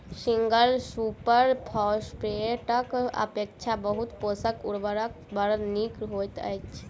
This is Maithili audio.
सिंगल सुपर फौसफेटक अपेक्षा बहु पोषक उर्वरक बड़ नीक होइत छै